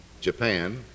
Japan